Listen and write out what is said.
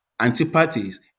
antipathies